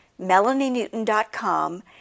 melanienewton.com